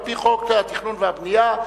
על-פי חוק התכנון והבנייה,